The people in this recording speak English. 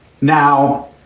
now